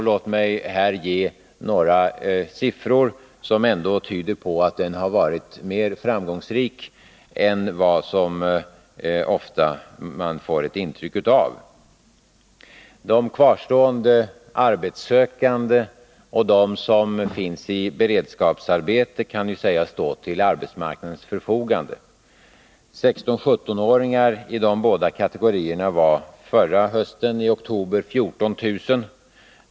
Låt mig här ge några siffror som ändå tyder på att omläggningen varit mer framgångsrik än vad man ofta får ett intryck av. De kvarstående arbetssökande och de som finns i beredskapsarbete kan ju sägas stå till arbetsmarknadens förfogande. Antalet 16-17-åringar i de båda kategorierna var i oktober förra hösten 14 000.